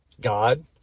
God